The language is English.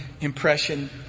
impression